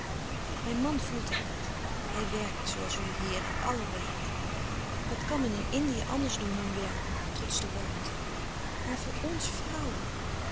mijn man voelt dat niet hij werkt zooals u heeren allen werken wat kan men in e ndië ouis ouperus e stille kracht in indië anders doen dan werken trots de warmte maar voor ons vrouwen